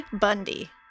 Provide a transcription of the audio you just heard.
Bundy